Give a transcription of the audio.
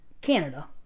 Canada